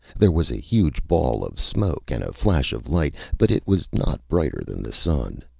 there was a huge ball of smoke and a flash of light, but it was not brighter than the sun.